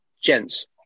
Gents